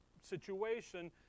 situation